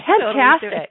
Fantastic